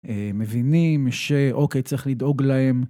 מבינים שאוקיי צריך לדאוג להם.